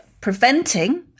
preventing